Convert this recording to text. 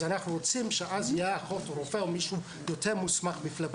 אחננו רוצים שיהיה מישהו יותר מוסמך מפבלוטומיסט.